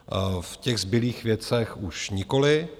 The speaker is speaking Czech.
V těch zbylých věcech už nikoliv.